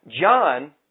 John